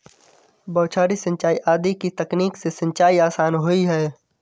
बौछारी सिंचाई आदि की तकनीक से सिंचाई आसान हुई है